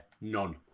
none